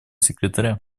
секретаря